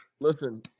Listen